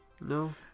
No